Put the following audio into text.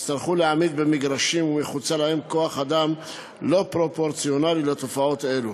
יצטרכו להעמיד במגרשים ומחוצה להם כוח-אדם לא פרופורציונלי לתופעות אלו.